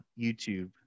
YouTube